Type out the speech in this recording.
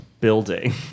building